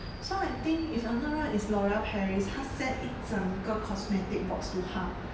so I think if I'm not wrong it's l'oreal paris 他 send 一整个 cosmetic box to 她